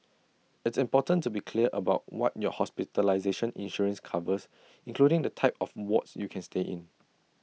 it's important to be clear about what your hospitalization insurance covers including the type of wards you can stay in